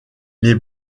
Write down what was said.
les